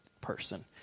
person